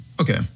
Okay